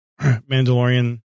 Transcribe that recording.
Mandalorian